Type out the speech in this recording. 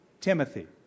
Timothy